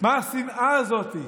מה השנאה הזאת?